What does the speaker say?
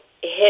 hit